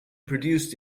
produced